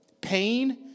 Pain